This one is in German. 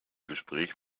gespräch